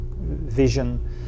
vision